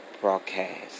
broadcast